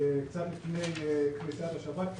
יוצאת קצת לפני צאת השבת,